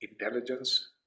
intelligence